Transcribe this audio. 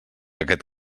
aquest